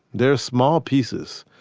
they're small pieces.